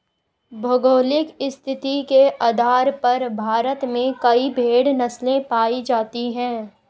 भौगोलिक स्थिति के आधार पर भारत में कई भेड़ नस्लें पाई जाती हैं